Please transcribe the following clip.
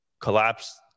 collapse